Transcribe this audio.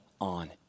on